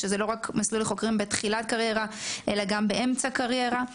שזה לא רק מסלול לחוקרים בתחילת קריירה אלא גם באמצע קריירה.